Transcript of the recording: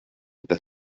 gyda